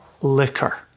liquor